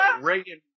Reagan